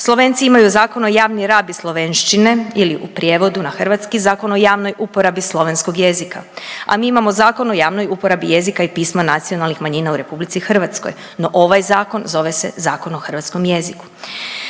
Slovenci imaju Zakon o javnoj rabi slovenščine ili u prijevodu na hrvatski Zakon o javnoj uporabi slovenskog jezika, a mi imamo Zakon o javnoj uporabi jezika i pisma nacionalnih manjina u Republici Hrvatskoj, no ovaj zakon zove se Zakon o hrvatskom jeziku.